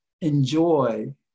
enjoy